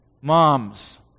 Moms